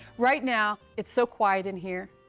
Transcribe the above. right now, it's so quiet in here.